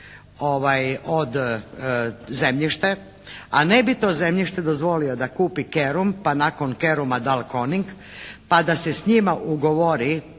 zemljište, a ne bi to zemljište dozvolio da kupi Kerum pa nakon Keruma Dalconing pa da se s njima ugovori